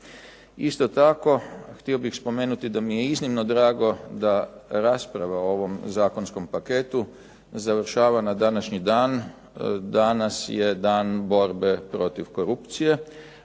Isto tako htio bih spomenuti da mi je iznimno drago da rasprava o ovom zakonskom paketu završava na današnji dan. Danas je dan borbe protiv korupcije,